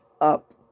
up